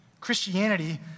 Christianity